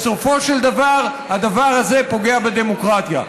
בסופו של דבר, הדבר הזה פוגע בדמוקרטיה.